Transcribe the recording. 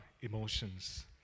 emotions